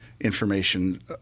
information